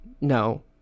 no